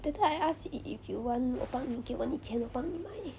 that time I ask if if you want 我帮你给我你钱我帮你买